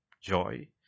joy